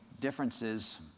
differences